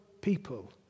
people